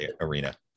arena